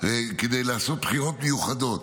כדי לעשות בחירות מיוחדות.